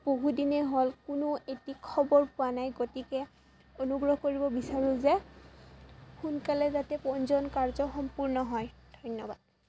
বহু দিনেই হ'ল কোনো এটি খবৰ পোৱা নাই গতিকে অনুগ্ৰহ কৰিব বিচাৰোঁ যে সোনকালে যাতে পঞ্জীয়ন কাৰ্য সম্পূৰ্ণ হয় ধন্যবাদ